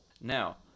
Now